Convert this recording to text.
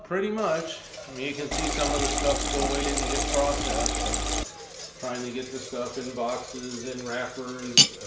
pretty much. i mean you can see some of the stuff still waiting to get processed, and trying to get the stuff in boxes and wrappers,